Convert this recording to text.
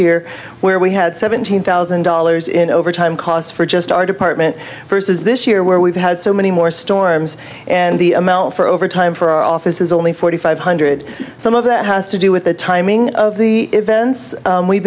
year where we had seventeen thousand dollars in overtime costs for just our department versus this year where we've had so many more storms and the amount for overtime for our office is only forty five hundred some of that has to do with the timing of the events we've